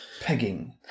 pegging